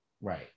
Right